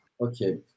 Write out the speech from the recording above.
Okay